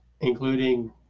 including